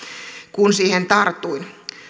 kun siihen tartuin